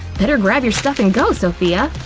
better grab your stuff and go, sophia!